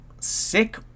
sick